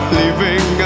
leaving